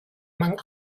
among